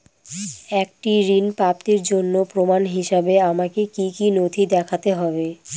একটি ঋণ প্রাপ্তির জন্য প্রমাণ হিসাবে আমাকে কী কী নথি দেখাতে হবে?